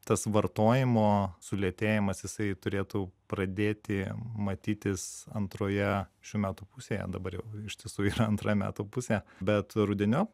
tas vartojimo sulėtėjimas jisai turėtų pradėti matytis antroje šių metų pusėje dabar jau iš tiesų yra antra metų pusė bet rudeniop